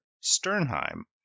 Sternheim